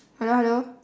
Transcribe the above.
hello hello